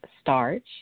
starch